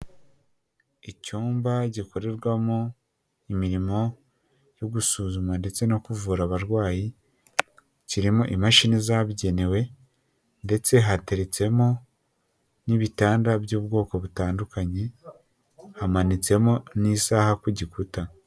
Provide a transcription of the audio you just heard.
Icyumba gikorerwamo imirimo yo gusuzuma ndetse no kuvura abarwayi; kirimo imashini zabugenewe, ndetse hateretsemo n'ibitanda by'ubwoko butandukanye; hamanitsemo n'isaha ku gikuta.